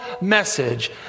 message